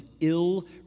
ill